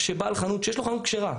שבעל חנות שיש לו חנות כשרה,